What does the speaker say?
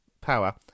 Power